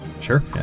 Sure